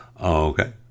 okay